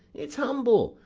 it's humble,